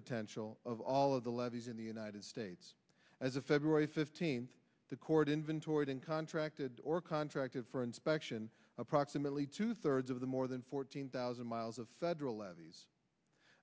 potential of all of the levees in the united states as a february fifteenth the cord inventory been contracted or contracted for inspection approximately two thirds of the more than fourteen thousand miles of federal levees